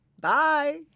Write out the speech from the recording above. Bye